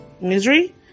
misery